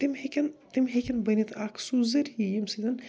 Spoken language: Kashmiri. تِم ہیٚکٮ۪ن تِم ہیٚکٮ۪ن بٔنِتھ اکھ سُہ ذٔریعہِ ییٚمہِ سۭتٮ۪ن